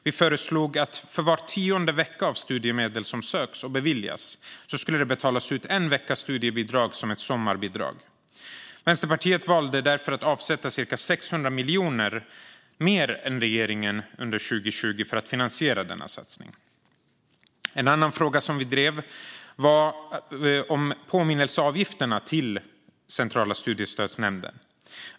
Vi föreslog att det för var tionde vecka av studiemedel som söks och beviljas ska betalas ut en veckas studiebidrag som ett sommarbidrag. Vänsterpartiet valde därför att avsätta cirka 600 miljoner mer än regeringen under 2020 för att finansiera denna satsning. En annan fråga som vi drev var påminnelseavgifterna till Centrala studiestödsnämnden.